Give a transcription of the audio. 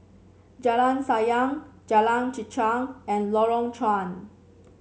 Jalan Sayang Jalan Chichau and Lorong Chuan